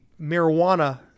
marijuana